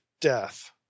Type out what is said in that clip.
death